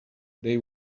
they